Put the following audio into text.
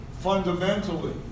fundamentally